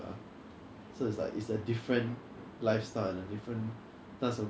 用一万块 to try to 冲 and everything ah like you just start small and then